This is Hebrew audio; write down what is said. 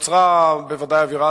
נוצרה בוודאי אווירה